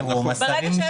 המילה "אכזרית".